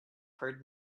heard